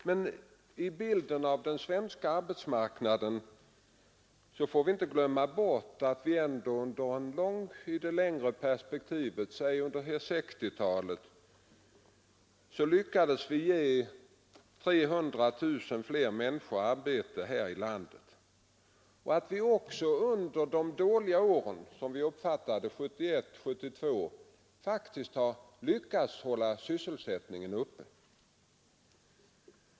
Men när vi tecknar denna bild av den svenska arbetsmarknaden får vi inte glömma bort att vi under 1960-talet lyckades ge 300 000 fler människor arbete här i landet. Också under de dåliga åren 1971 och 1972 har vi faktiskt lyckats hålla sysselsättningen uppe.